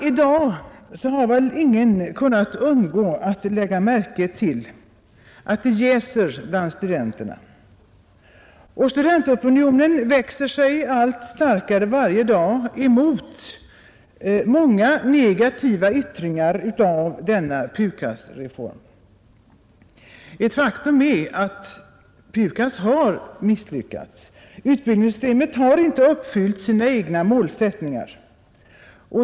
I dag har väl ingen kunnat undgå att lägga märke till att det jäser bland studenterna. Studentopinionen växer sig allt starkare varje dag emot många negativa yttringar av denna PUKAS-reform Ett faktum är att PUKAS har klart misslyckats. Utbildningssystemet har inte uppfyllt sina egna målsättningar.